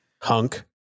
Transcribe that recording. Hunk